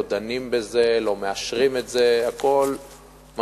לא דנים בזה, לא מאשרים את זה, הכול ממתין,